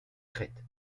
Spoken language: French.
crète